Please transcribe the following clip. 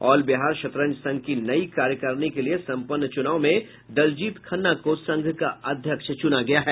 all Bihar शतरंज संघ की नई कार्यकारिणी के लिये संपन्न चुनाव में दलजीत खन्ना को संघ का अध्यक्ष चुना गया है